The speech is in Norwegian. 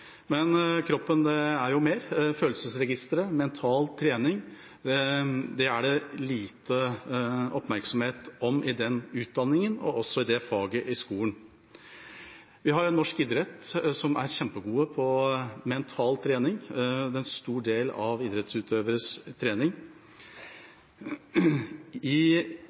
Men kroppen er mer. Følelsesregisteret, mental trening, er det lite oppmerksomhet om i denne utdanningen og også i det faget i skolen. Vi har norsk idrett, som er kjempegod på mental trening. Det er en stor del av idrettsutøveres trening. I